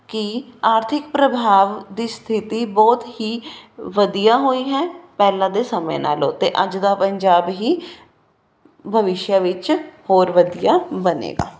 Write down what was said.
ਕਿ ਆਰਥਿਕ ਪ੍ਰਭਾਵ ਦੀ ਸਥਿਤੀ ਬਹੁਤ ਹੀ ਵਧੀਆ ਹੋਈ ਹੈ ਪਹਿਲਾਂ ਦੇ ਸਮੇਂ ਨਾਲੋਂ ਅਤੇ ਅੱਜ ਦਾ ਪੰਜਾਬ ਹੀ ਭਵਿਸ਼ਿਆ ਵਿੱਚ ਹੋਰ ਵਧੀਆ ਬਣੇਗਾ